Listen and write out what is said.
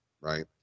right